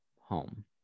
home